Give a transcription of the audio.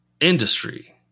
industry